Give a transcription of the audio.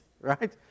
right